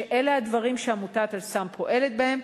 שאלה הדברים שעמותת "אל סם" פועלת בהם.